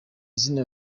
zina